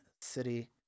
City